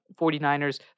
49ers